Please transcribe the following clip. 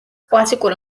კლასიკური